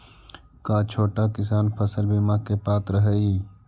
का छोटा किसान फसल बीमा के पात्र हई?